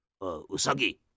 Usagi